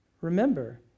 Remember